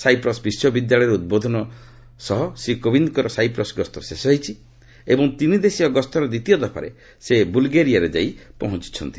Cyprus ବିଶ୍ୱବିଦ୍ୟାଳୟରେ ଉଦ୍ବୋଧନ ସହ ଶ୍ରୀ କୋବିନ୍ଦଙ୍କର ସାଇପ୍ରସ୍ ଗସ୍ତ ଶେଷ ହୋଇଛି ଏବଂ ତିନି ଦେଶୀୟ ଗସ୍ତର ଦ୍ୱିତୀୟ ଦଫାରେ ସେ ବୁଲ୍ଗେରିଆରେ ଯାଇ ପହଞ୍ଚିଛନ୍ତି